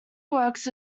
works